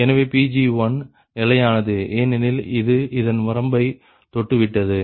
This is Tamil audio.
எனவே Pg1 நிலையானது ஏனெனில் இது இதன் வரம்பை தொட்டுவிட்டது